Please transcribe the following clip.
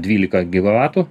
dvylika gigavatų